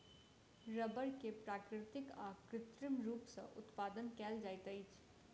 रबड़ के प्राकृतिक आ कृत्रिम रूप सॅ उत्पादन कयल जाइत अछि